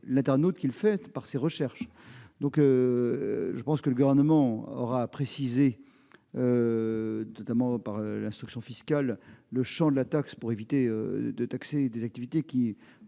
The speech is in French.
l'internaute qui la crée par ses recherches. Le Gouvernement devra préciser, notamment par instruction fiscale, le champ de la taxe pour éviter de taxer des activités qui,